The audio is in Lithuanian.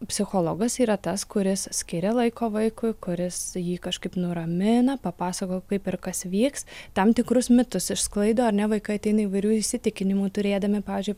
psichologas yra tas kuris skiria laiko vaikui kuris jį kažkaip nuramina papasakoja kaip ir kas vyks tam tikrus mitus išsklaido ar ne vaikai ateina įvairių įsitikinimų turėdami pavyzdžiui